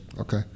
okay